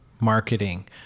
marketing